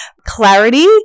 clarity